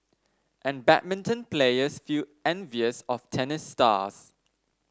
and badminton players feel envious of tennis stars